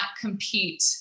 compete